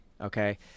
okay